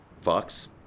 Fox